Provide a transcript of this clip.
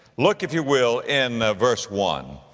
look if you will in, ah, verse one,